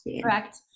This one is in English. Correct